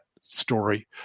story